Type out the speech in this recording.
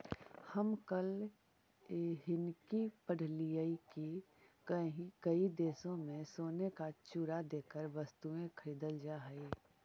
हम कल हिन्कि पढ़लियई की कई देशों में सोने का चूरा देकर वस्तुएं खरीदल जा हई